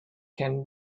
can